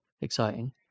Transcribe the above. exciting